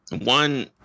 one